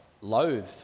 loathe